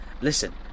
Listen